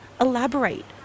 elaborate